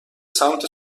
سمت